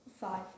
five